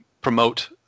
promote